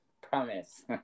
Promise